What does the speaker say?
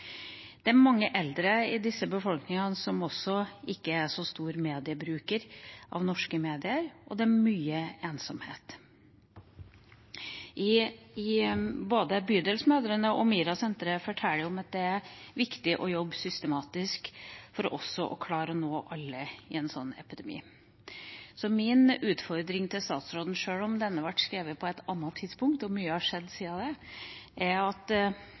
Det er mange eldre i disse befolkningene som heller ikke er store brukere av norske medier, og det er mye ensomhet. Både Bydelsmødrene og MiRA-senteret forteller at det er viktig å jobbe systematisk for å klare å nå alle i en slik epidemi. Så min utfordring til statsråden, sjøl om denne ble skrevet på et annet tidspunkt og mye har skjedd siden det, er at